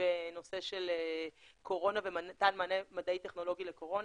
בנושא של קורונה ומתן מענה מדעי טכנולוגי לקורונה.